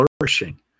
flourishing